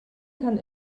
kann